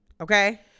okay